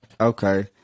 okay